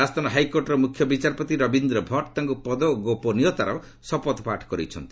ରାଜସ୍ଥାନ ହାଇକୋର୍ଟର ମୁଖ୍ୟ ବିଚାରପତି ରବିନ୍ଦ୍ର ଭଟ୍ଟ ତାଙ୍କୁ ପଦ ଓ ଗୋପନୀୟତାର ଶପଥପାଠ କରାଇଛନ୍ତି